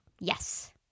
Yes